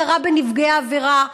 הכרה בנפגעי עבירה,